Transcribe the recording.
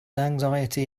anxiety